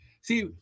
see